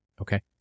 okay